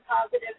positive